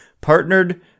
partnered